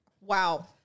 wow